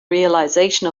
realization